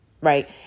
right